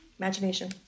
imagination